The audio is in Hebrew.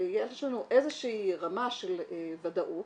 שיש לנו איזושהי רמה של ודאות